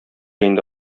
инде